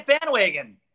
bandwagon